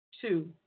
two